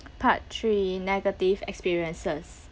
part three negative experiences